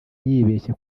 yibeshye